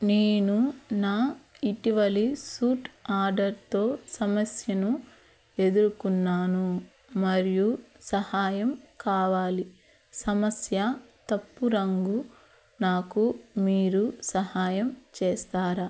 నేను నా ఇటివలి సూట్ ఆర్డర్తో సమస్యను ఎదురుకున్నాను మరియు సహాయం కావాలి సమస్య తప్పు రంగు నాకు మీరు సహాయం చేస్తారా